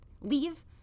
leave